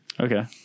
Okay